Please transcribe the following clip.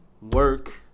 work